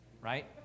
right